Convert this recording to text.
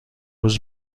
روز